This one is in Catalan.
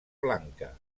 blanca